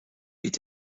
est